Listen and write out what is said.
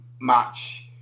match